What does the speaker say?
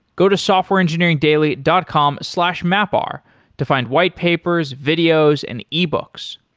go to softwareengineeringdaily dot com slash mapr to find whitepapers, videos and ebooks.